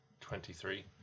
Twenty-three